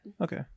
Okay